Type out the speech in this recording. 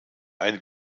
ein